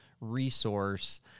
resource